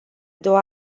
două